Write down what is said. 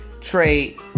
trade